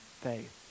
faith